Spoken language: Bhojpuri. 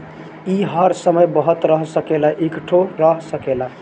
ई हर समय बहत रह सकेला, इकट्ठो रह सकेला